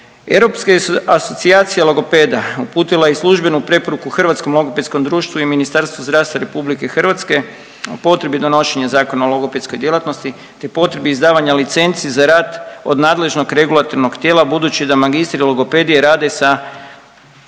Europske su asocijacije logopeda uputila i službenu preporuku Hrvatskom logopedskom društvu i Ministarstvu zdravstva RH o potrebi donošenja Zakona o logopedskoj djelatnosti te potrebi izdavanja licenci za rad od nadležnog regulatornog tijela budući da magistri logopedije rade sa